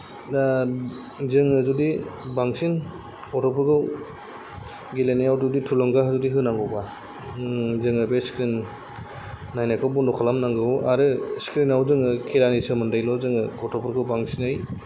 दा जोङो जुदि बांसिन गथ'फोरखौ गेलेनायाव जुदि थुलुंगा होनांगौबा जोङो बे स्क्रिन नायनायखौ बन्द' खालामनांगौ आरो स्क्रिनाव जोङो खेलानि सोमोन्दैल' जोङो गथ'फोरखौ बांसिनै